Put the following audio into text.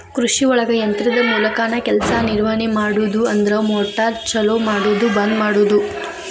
ಕೃಷಿಒಳಗ ಯಂತ್ರದ ಮೂಲಕಾನ ಕೆಲಸಾ ನಿರ್ವಹಣೆ ಮಾಡುದು ಅಂದ್ರ ಮೋಟಾರ್ ಚಲು ಮಾಡುದು ಬಂದ ಮಾಡುದು